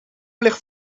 ligt